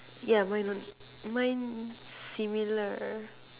yeah mine als~ mine similar